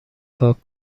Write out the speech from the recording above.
پاک